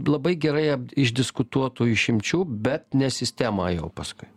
labai gerai ap išdiskutuotų išimčių bet ne sistemą jau paskui